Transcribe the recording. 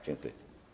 Dziękuję.